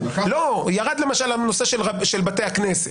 ירד למשל הנושא של בתי הכנסת,